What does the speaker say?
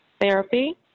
therapy